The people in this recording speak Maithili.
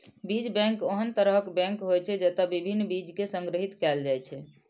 बीज बैंक ओहन तरहक बैंक होइ छै, जतय विभिन्न बीज कें संग्रहीत कैल जाइ छै